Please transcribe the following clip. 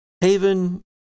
Haven